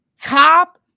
top